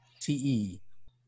T-E